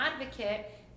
advocate